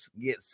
get